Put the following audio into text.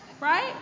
Right